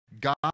God